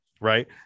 right